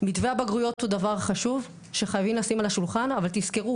מתווה הבגרויות הוא דבר חשוב שצריך לשים על השולחן אבל תזכרו